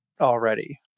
already